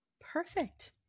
perfect